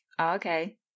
Okay